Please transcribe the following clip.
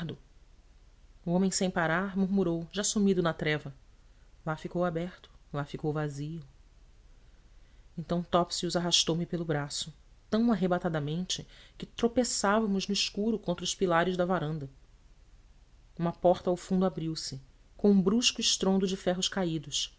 o homem sem parar murmurou já sumido na treva lá ficou aberto lá ficou vazio então topsius arrastou me pelo braço tão arrebatadamente que tropeçávamos no escuro contra os pilares da varanda uma porta ao fundo abriu-se com um brusco estrondo de ferros caídos